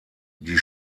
die